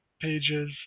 pages